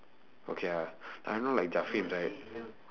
okay lah I know like right